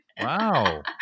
Wow